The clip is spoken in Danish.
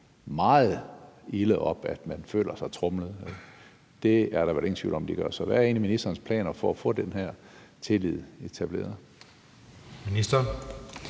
meget ilde op, at man føler sig tromlet? Det er der vel ingen tvivl om at de gør. Så hvad er egentlig ministerens planer for at få den her tillid etableret?